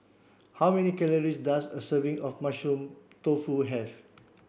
how many calories does a serving of mushroom tofu have